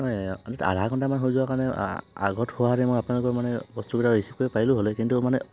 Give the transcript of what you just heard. নহয় আমি আধা ঘন্টামান হৈ যোৱা কাৰণে আ আগত হোৱাহেঁতেন মই আপোনালোকৰ মানে বস্তু কেইটা ৰিচিভ কৰিব পাৰিলো হয় কিন্তু মানে